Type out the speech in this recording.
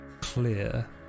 clear